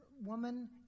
woman